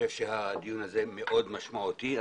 הדיון הזה מאוד משמעותי.